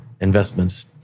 investments